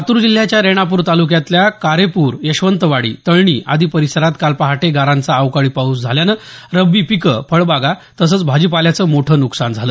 लातूर जिल्ह्याच्या रेणापूर तालुक्यातल्या कारेपूर यशवंतवाडी तळणी आदी परिसरात काल पहाटे गारांचा अवकाळी पाऊस झाल्यानं रब्बी पिकं फळबागा तसंच भाजीपाल्याचं मोठं नुकसान झालं